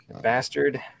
Bastard